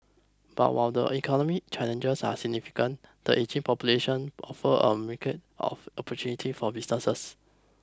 but while the economy challenges are significant the ageing population offers a of opportunities for businesses